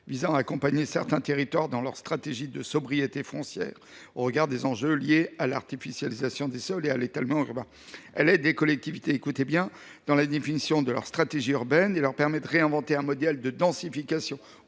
vise à accompagner certains territoires dans leur stratégie de sobriété foncière au regard des enjeux liés à l’artificialisation des sols et à l’étalement urbain. Elle aide des collectivités territoriales dans la définition de leur stratégie urbaine, pour réinventer un modèle de densification